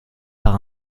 par